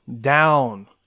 down